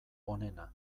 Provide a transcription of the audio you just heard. onena